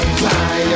fly